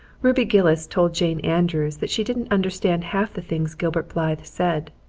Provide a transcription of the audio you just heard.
ruby gillis told jane andrews that she didn't understand half the things gilbert blythe said